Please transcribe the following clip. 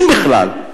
אם בכלל,